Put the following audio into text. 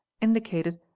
indicated